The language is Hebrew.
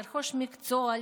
לרכוש מקצוע,